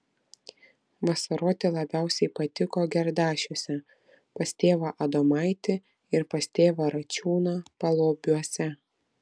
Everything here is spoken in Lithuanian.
vasaroti labiausiai patiko gerdašiuose pas tėvą adomaitį ir pas tėvą račiūną paluobiuose